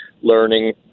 learning